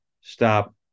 stop